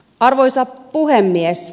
arvoisa puhemies